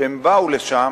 כשהם באו לשם,